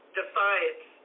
defiance